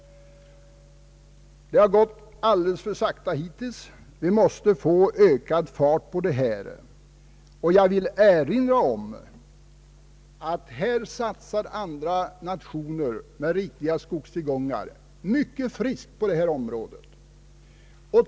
Det har gått alldeles för sakta hittills, och vi måste få ökad fart. Jag vill erinra om att andra nationer med rikliga skogstillgångar satsar mycket friskt på detta område.